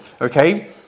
Okay